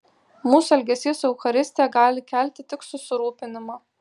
mūsų elgesys su eucharistija gali kelti tik susirūpinimą